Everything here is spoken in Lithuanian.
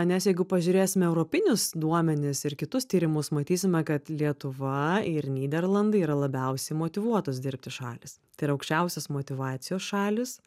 nes jeigu pažiūrėsime europinius duomenis ir kitus tyrimus matysime kad lietuva ir nyderlandai yra labiausiai motyvuotos dirbti šalys tai yra aukščiausias motyvacijos šalys